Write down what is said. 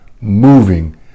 moving